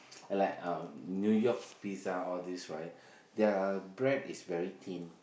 like um New-York pizza all these right their bread is very thin